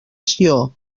sió